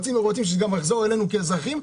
רוצים שזה גם יחזור אלינו כאזרחים,